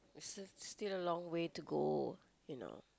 you still still a long way to go you know